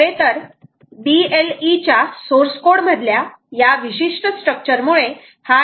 खरेतर BLE च्या source code मधल्या या विशिष्ट स्ट्रक्चर मुळे हा इंटरव्हल बदलत असतो